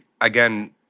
Again